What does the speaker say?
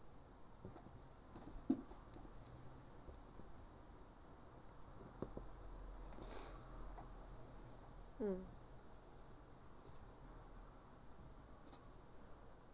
mm